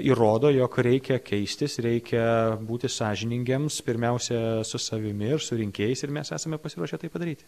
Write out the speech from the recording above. įrodo jog reikia keistis reikia būti sąžiningiems pirmiausia su savimi ir su rinkėjais ir mes esame pasiruošę tai padaryti